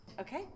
Okay